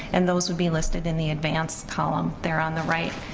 and those would be listed in the advance column there on the right,